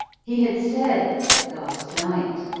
he had said, last night,